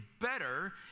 better